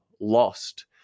lost